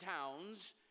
towns